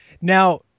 Now